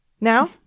now